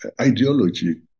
ideology